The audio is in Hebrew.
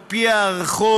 על פי ההערכות,